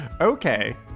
okay